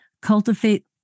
Cultivate